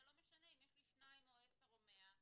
זה לא משנה אם יש לי שניים או עשרה או מאה.